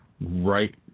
right